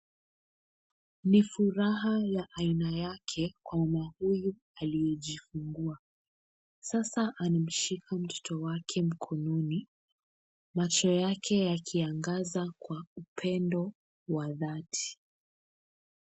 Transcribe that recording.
Ni furaha ya aina yake kwa mama huyu aliyejifungua ,sasa ameshika mtoto wake mkononi macho yake yakiangaza kwa upendo wa dhati.